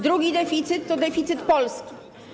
Drugi deficyt, to deficyt Polski.